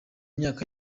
myaka